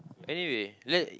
anyway let